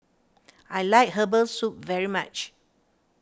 I like Herbal Soup very much